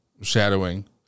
shadowing